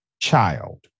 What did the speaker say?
child